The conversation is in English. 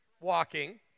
walking